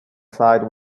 site